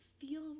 feel